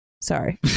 Sorry